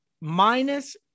minus